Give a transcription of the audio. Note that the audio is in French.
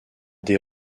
des